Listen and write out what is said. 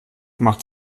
macht